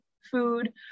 food